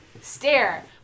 stare